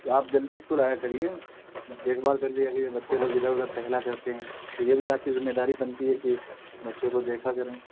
تو آپ جلدی اسکول آیا کریے دیکھ بھال کر لیا کیجیے بچے لوگ ادھر ادھر ٹہلا کرتے ہیں تو یہ بھی آپ کی ذمہ داری بنتی ہے کہ بچوں کو دیکھا کریں